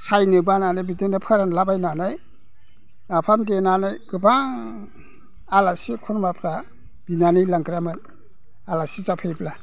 सायनो बानानै बिदिनो फोरानलाबायनानै नाफाम देनानै गोबां आलासि खुरमाफ्रा बिनानै लांग्रामोन आलासि जाफैब्ला